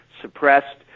suppressed